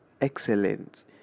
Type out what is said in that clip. excellent